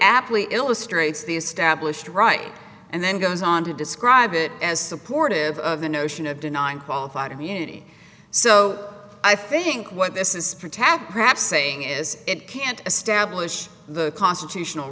aptly illustrates the established right and then goes on to describe it as supportive of the notion of denying qualified immunity so i think what this is for tat perhaps saying is it can't establish the constitutional